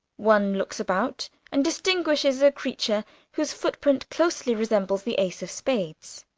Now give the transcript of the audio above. one looks about and distinguishes a creature whose foot-print closely resembles the ace of spades.